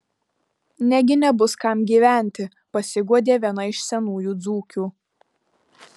negi nebus kam gyventi pasiguodė viena iš senųjų dzūkių